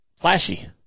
flashy